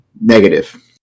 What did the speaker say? Negative